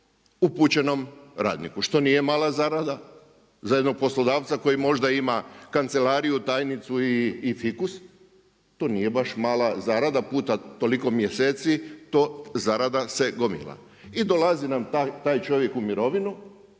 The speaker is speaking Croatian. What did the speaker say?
upućenom radniku što nije mala zarada za jednog poslodavca, koji možda ima kancelariju, tajnicu i fikus, to nije baš mala zarada, puta toliko mjeseci, to zarada se gomila. I dolazi nam taj čovjek u mirovinu,